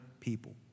People